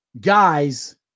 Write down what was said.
guys